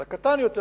אולי קטן יותר,